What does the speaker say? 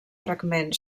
fragment